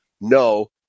No